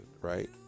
right